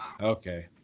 Okay